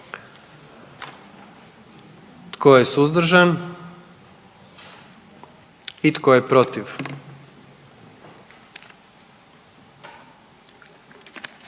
Tko je suzdržan? I tko je protiv?